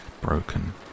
broken